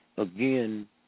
Again